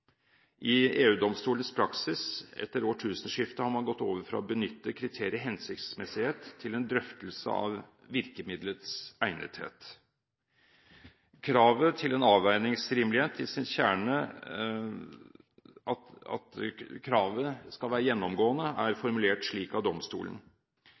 I EU-domstolens praksis etter årtusenskiftet er man gått over fra å benytte kriteriet hensiktsmessighet til en drøftelse av virkemiddelets egnethet. At kravet til avveiningsrimelighet skal være gjennomgående, er formulert slik av domstolen: «Hvis det er